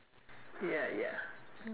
ya ya